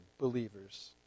believers